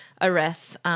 arrests